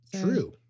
True